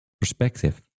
perspective